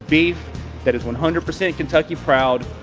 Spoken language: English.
beef that is one hundred percent kentucky proud.